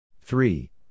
three